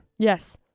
Yes